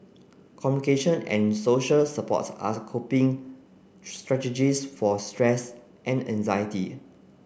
communication and social support are coping strategies for stress and anxiety